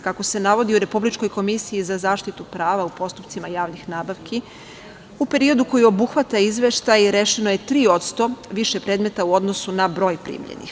Kako se navodi u Republičkoj komisiji za zaštitu prava u postupcima javnih nabavki u periodu koji obuhvata izveštaj rešeno je 3% više predmeta u odnosu na broj primljenih.